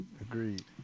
Agreed